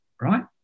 Right